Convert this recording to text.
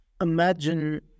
imagine